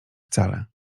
wcale